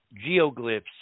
geoglyphs